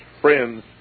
friends